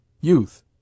Youth